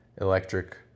electric